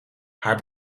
haar